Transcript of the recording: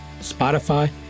Spotify